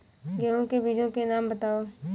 गेहूँ के बीजों के नाम बताओ?